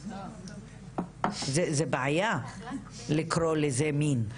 זו בעיה לקרוא לזה מין.